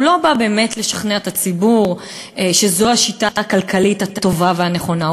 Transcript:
הוא לא בא באמת לשכנע את הציבור שזו השיטה הכלכלית הטובה והנכונה,